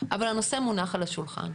אבל הנושא מונח על השולחן.